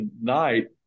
tonight